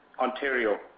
Ontario